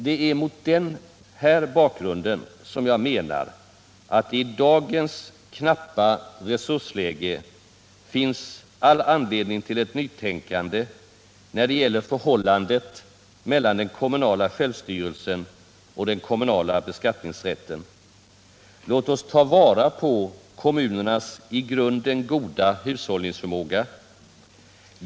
Det är mot den här bakgrunden som jag menar att det i dagens knappa resursläge finns all anledning till ett nytänkande när det gäller förhållandet mellan den kommunala självstyrelsen och den kommunala beskattningsrätten. Låt oss ta vara på kommunernas i grunden goda hushållningsförmåga.